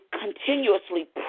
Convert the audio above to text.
continuously